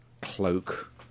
cloak